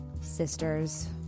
Sisters